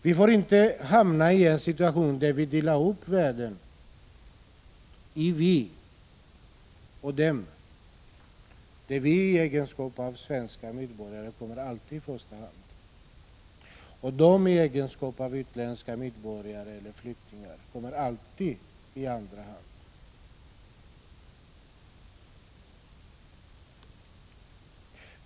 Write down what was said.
Vi får inte hamna i en situation där vi delar upp världen i vi och de, där vi i egenskap av svenska medborgare alltid kommer i första hand och de i egenskap av utländska medborgare eller flyktingar alltid kommer i andra hand.